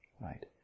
right